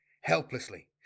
helplessly